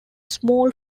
small